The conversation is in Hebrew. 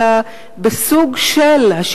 אלא בסוג של עוד תוכן אינטרנטי.